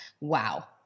wow